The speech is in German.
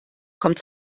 kommt